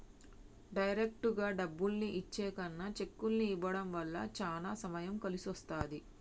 డైరెక్టుగా డబ్బుల్ని ఇచ్చే కన్నా చెక్కుల్ని ఇవ్వడం వల్ల చానా సమయం కలిసొస్తది